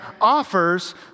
offers